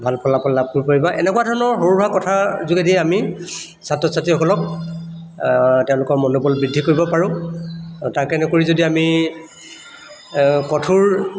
ভাল ফলাফল লাভ কৰিব পাৰিবা এনেকুৱা ধৰণৰ সৰু সুৰা কথাৰ যোগেদি আমি ছাত্ৰ ছাত্ৰীসকলক তেওঁলোকৰ মনোবল বৃদ্ধি কৰিব পাৰোঁ আৰু তাকে নকৰি যদি আমি কঠোৰ